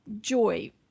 joy